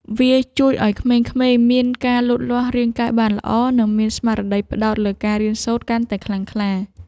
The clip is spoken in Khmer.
វាជួយឱ្យក្មេងៗមានការលូតលាស់រាងកាយបានល្អ និងមានស្មារតីផ្ដោតលើការរៀនសូត្រកាន់តែខ្លាំងក្លា។